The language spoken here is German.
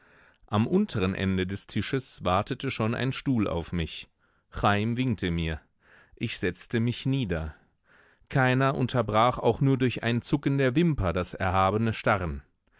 am unteren ende des tisches wartete schon ein stuhl auf mich chaim winkte mir ich setzte mich nieder keiner unterbrach auch nur durch ein zucken der wimper das erhabene starren